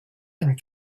vingt